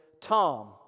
Tom